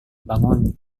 bangun